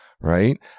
right